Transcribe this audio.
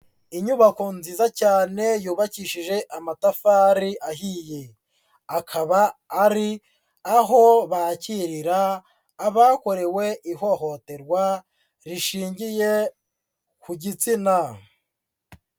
Inyubako nziza cyane yubakishije amatafari ahiye. Akaba ari aho bakirira abakorewe ihohoterwa rishingiye ku gitsina.